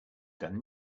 done